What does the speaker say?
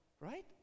right